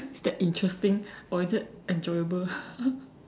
is that interesting or is it enjoyable